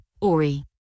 Ori